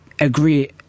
agree